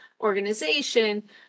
organization